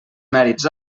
mèrits